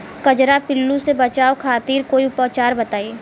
कजरा पिल्लू से बचाव खातिर कोई उपचार बताई?